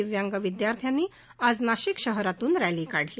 दिव्यांग विद्यार्थ्यांनी आज नाशिक शहरातून रॅली काढली